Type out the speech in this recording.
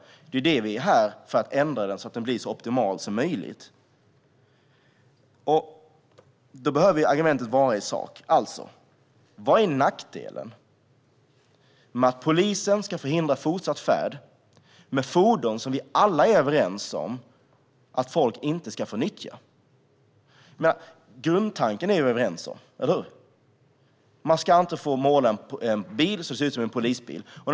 Vi är ju här för att ändra den så att den blir så optimal som möjligt. Alltså behöver argumentet i sak vara: Vad är nackdelen med att polisen ska förhindra fortsatt färd med fordon som vi alla är överens om att folk inte ska få nyttja? Grundtanken är vi överens om, att man inte ska få måla en bil så att den ser ut som en polisbil, eller hur?